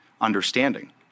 understanding